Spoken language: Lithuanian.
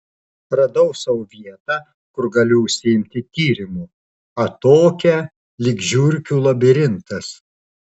radau sau vietą kur galiu užsiimti tyrimu atokią lyg žiurkių labirintas